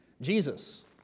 Jesus